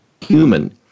human